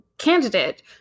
Candidate